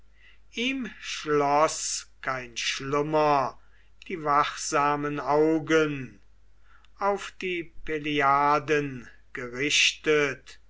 ihm schloß kein schlummer die wachsamen augen auf die pleiaden gerichtet